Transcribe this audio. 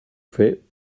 fait